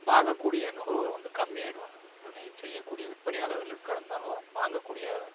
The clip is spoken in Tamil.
வாங்கக்கூடிய நுகர்வோர் வந்து கம்மி ஆகிடுவாங்க விற்பனை செய்யக்கூடிய விற்பனையாளர்கள் இருக்கிறாந்தாலும் வாங்கக்கூடிய